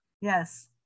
Yes